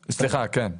סליחה, כן,